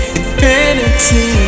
infinity